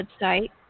website